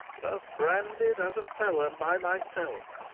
thus branded as a felon by myself,